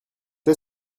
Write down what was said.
est